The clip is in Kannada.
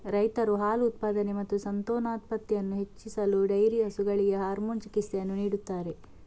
ರೈತರು ಹಾಲು ಉತ್ಪಾದನೆ ಮತ್ತು ಸಂತಾನೋತ್ಪತ್ತಿಯನ್ನು ಹೆಚ್ಚಿಸಲು ಡೈರಿ ಹಸುಗಳಿಗೆ ಹಾರ್ಮೋನ್ ಚಿಕಿತ್ಸೆಯನ್ನು ನೀಡುತ್ತಾರೆ